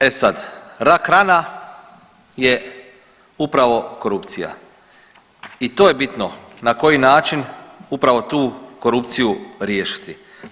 E sad rak rana je upravo korupcija i to je bitno na koji način upravo tu korupciju riješiti.